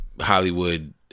Hollywood